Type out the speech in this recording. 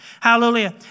Hallelujah